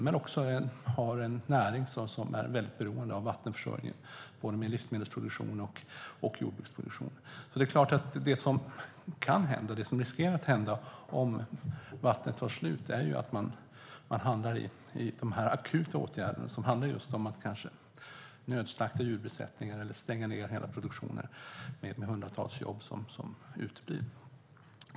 Man har en näring som är väldigt beroende av vattenförsörjning, både med livsmedelsproduktion och med annan jordbruksproduktion. Det som riskerar att hända om vattnet tar slut är att man får vidta akuta åtgärder, till exempel att nödslakta djurbesättningar eller att stänga hela produktionen, med hundratals jobb som drabbas.